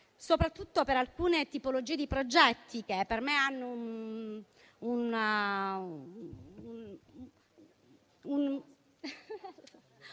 soprattutto per alcune tipologie di progetti che per me hanno una